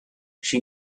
she